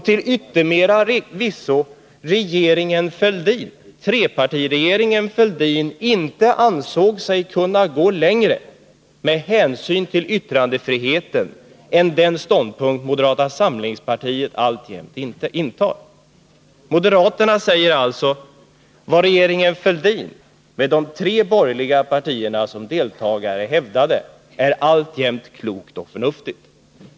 Till yttermera visso ansåg sig trepartiregeringen Fälldin inte kunna gå längre med hänsyn till yttrandefriheten än den ståndpunkt moderata samlingspartiet alltjämt intar. Moderaterna säger alltså: Vad regeringen Fälldin, med de tre borgerliga partierna som deltagare, hävdade, är alltjämt klokt och förnuftigt.